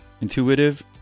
intuitive